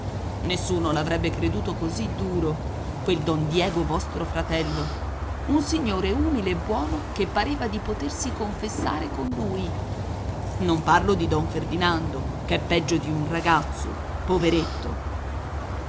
vedete nessuno l'avrebbe creduto così duro quel don diego vostro fratello un signore umile e buono che pareva di potersi confessare con lui non parlo di don ferdinando ch'è peggio di un ragazzo poveretto